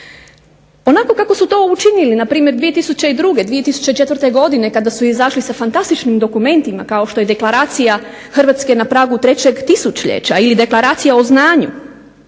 Onako kako su to učinili npr. 2002., 2004. godine kada su izašli sa fantastičnim dokumentima kao što je Deklaracija Hrvatske na pragu trećeg tisućljeća ili Deklaracija o znanju.